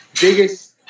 biggest